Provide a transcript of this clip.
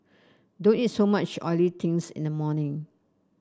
don't eat so much oily things in the morning